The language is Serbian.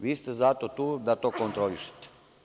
Vi ste zato tu da to kontrolišete.